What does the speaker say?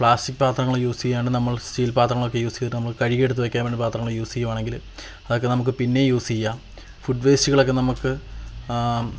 plastic പാത്രങ്ങള് use ചെയ്യാണ്ട് നമ്മള് സ്റ്റീല് പാത്രങ്ങളൊക്കെ യൂസ് ചെയ്തിട്ട് നമ്മൾ കഴുകി എടുത്തു വയ്ക്കാന് വേണ്ടി പാത്രങ്ങള് യൂസ് ചെയ്യുകയാണെങ്കിൽ അതൊക്കെ നമുക്ക് പിന്നെയും യൂസ് ചെയ്യാം ഫുഡ് വേസ്റ്റുകളൊക്കെ നമ്മൾക്ക്